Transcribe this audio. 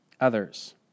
others